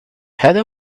heather